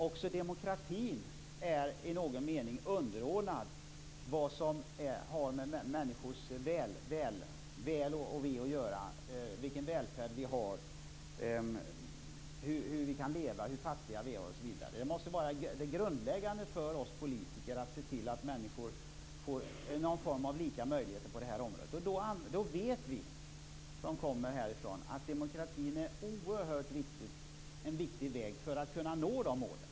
Också demokratin är i någon mening underordnad det som har med människors väl och ve att göra, vilken välfärd vi har, hur vi kan leva, hur fattiga vi är, osv. Det grundläggande för oss politiker måste vara att se till att människor får lika möjligheter på det här området. Då vet vi som kommer härifrån att demokratin är en oerhört viktig väg för att kunna nå de målen.